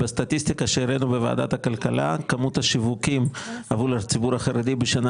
בסטטיסטיקה שהראינו בוועדת הכלכלה כמות השיווקים עבור הציבור החרדי בשנה